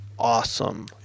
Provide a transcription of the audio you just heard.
Awesome